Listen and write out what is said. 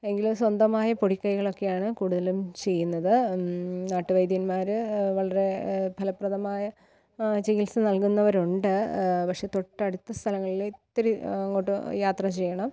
എങ്കിലും സ്വന്തമായി പൊടിക്കൈകൾ ഒക്കെയാണ് കൂടുതലും ചെയ്യുന്നത് നാട്ടുവൈദ്യന്മാർ വളരെ ഫലപ്രദമായി ചികിത്സ നല്കുന്നവരുണ്ട് പക്ഷെ തൊട്ടടുത്ത സ്ഥലങ്ങളിൽ ഇത്തിരി അങ്ങോട്ട് യാത്ര ചെയ്യണം